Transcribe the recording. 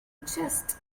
chests